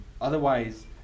Otherwise